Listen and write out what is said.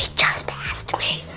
just passed me!